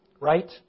Right